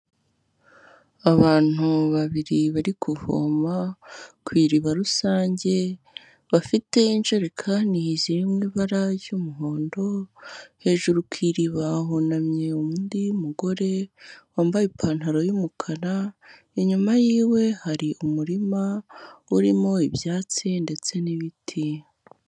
Abantu babiri bari kuvoma ku iriba rusange, bafite ijerekani ziri mu ibara ry'umuhondo, hejuru ku iriba hunamye undi mugore wambaye ipantaro y'umukara, inyuma yiwe hari umurima urimo ibyatsi ndetse n'ibiti.